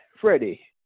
Freddie